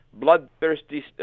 bloodthirsty